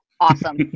Awesome